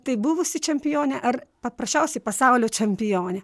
tai buvusi čempionė ar paprasčiausiai pasaulio čempionė